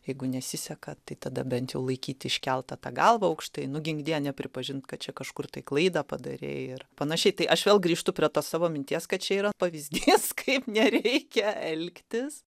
jeigu nesiseka tai tada bent jau laikyti iškeltą tą galvą aukštai nu gink dieve nepripažint kad čia kažkur tai klaidą padarei ir panašiai tai aš vėl grįžtu prie tos savo minties kad čia yra pavyzdys kaip nereikia elgtis